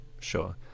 Sure